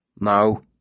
No